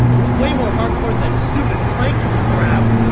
it's way more hardcore than that stupid planking crap.